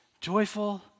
joyful